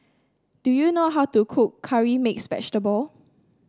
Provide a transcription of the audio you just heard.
do you know how to cook Curry Mixed Vegetable